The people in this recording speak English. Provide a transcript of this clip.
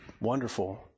wonderful